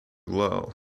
low